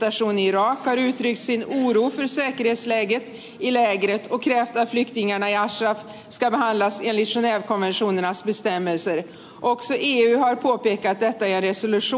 unami fns representation i irak har uttryckt sin oro för säkerhetsläget i lägret och krävt att flyktningarna i ashraf ska behandlas enligt genevekonventionernas bestämmelser